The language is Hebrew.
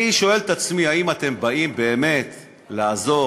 אני שואל את עצמי, האם אתם באים באמת לעזור